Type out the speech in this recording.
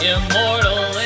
Immortal